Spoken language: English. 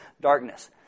darkness